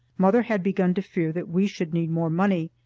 mother had begun to fear that we should need more money,